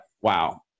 wow